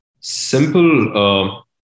simple